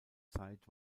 zeit